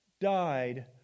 died